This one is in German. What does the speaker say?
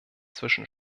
zwischen